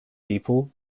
people